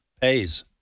pays